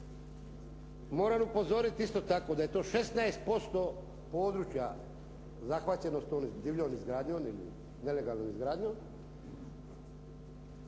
Moram upozoriti isto tako da je to 16% područja zahvaćeno s tom divljom izgradnjom ili nelegalnom izgradnjom